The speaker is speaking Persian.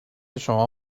شما